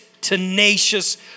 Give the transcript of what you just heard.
tenacious